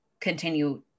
continue